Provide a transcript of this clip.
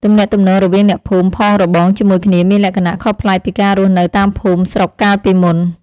ទំនាក់ទំនងរវាងអ្នកភូមិផងរបងជាមួយគ្នាមានលក្ខណៈខុសប្លែកពីការរស់នៅតាមភូមិស្រុកកាលពីមុន។